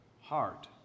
heart